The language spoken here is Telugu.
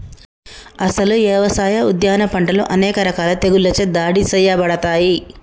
అసలు యవసాయ, ఉద్యాన పంటలు అనేక రకాల తెగుళ్ళచే దాడి సేయబడతాయి